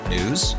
News